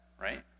right